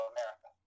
America